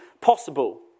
possible